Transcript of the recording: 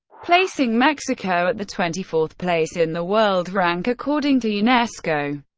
placing mexico at the twenty fourth place in the world rank according to unesco.